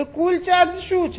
તો કુલ ચાર્જ શું છે